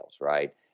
right